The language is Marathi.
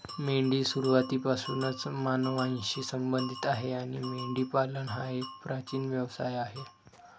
मेंढी सुरुवातीपासूनच मानवांशी संबंधित आहे आणि मेंढीपालन हा एक प्राचीन व्यवसाय आहे